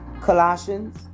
Colossians